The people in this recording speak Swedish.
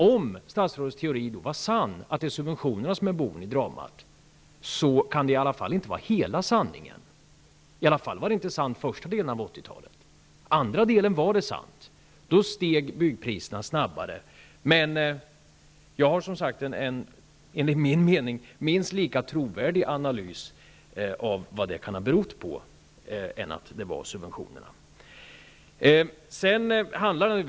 Om statsrådets teori då var sann, att det är subventionerna som är boven i dramat, kan den i alla fall inte vara hela sanningen. Den var i alla fall inte sann under den första delen av 80-talet. Under andra delen av 80-talet var den sann. Då steg byggpriserna snabbare. Men min analys av vad det kan ha berott på är, enligt min mening, minst lika trovärdig.